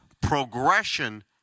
progression